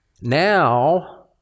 now